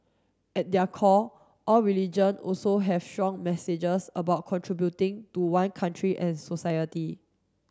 at their core all religion also have strong messages about contributing to one country and society